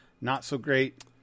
not-so-great